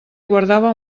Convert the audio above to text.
guardava